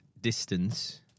distance